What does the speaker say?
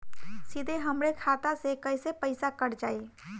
सीधे हमरे खाता से कैसे पईसा कट जाई?